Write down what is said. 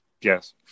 Yes